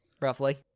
roughly